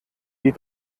die